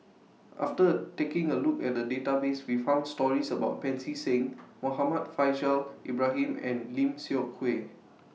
after taking A Look At The Database We found stories about Pancy Seng Muhammad Faishal Ibrahim and Lim Seok Hui